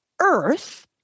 earth